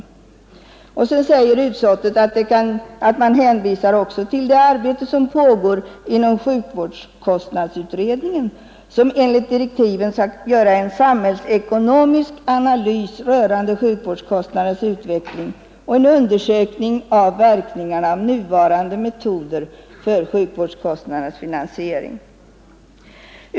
Enligt vad utskottet inhämtat beräknas utredningsarbetet pågå hela 1972. Det kan vidare hänvisas till det arbete som pågår inom sjukvårdskostnadsutredningen, som enligt direktiven skall göra en samhällsekonomisk analys rörande sjukvårdskostnadernas utveckling och en undersökning av verkningarna av nuvarande metoder för sjukvårdskostnadernas finansiering.